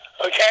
Okay